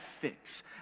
fix